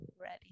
ready